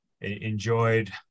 enjoyed